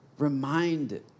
reminded